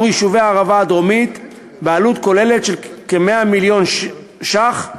יישובי הערבה הדרומית בעלות כוללת של 100 מיליון ש"ח,